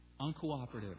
uncooperative